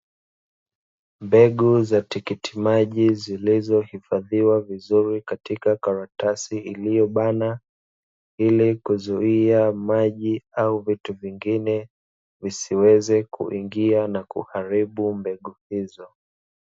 Mbegu za tikiti maji, zilizohifadhiwa vizuri katika karatasi iliyobana, ili kuzuia maji au vitu vingine, visiweze kuingia na kuharibu mbegu hizo.